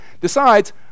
decides